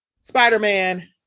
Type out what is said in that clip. Spider-Man